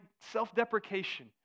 self-deprecation